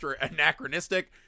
anachronistic